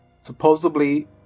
Supposedly